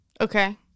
Okay